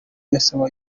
risaba